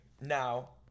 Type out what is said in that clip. now